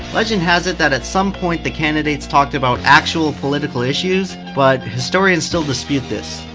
legend has it, that at some point the candidates talked about actual political issues. but historians still dispute this.